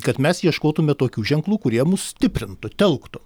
kad mes ieškotume tokių ženklų kurie mus stiprintų telktų